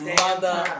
mother